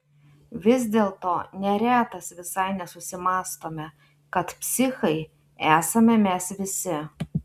vis dėlto neretas visai nesusimąstome kad psichai esame mes visi